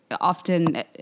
often